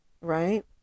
right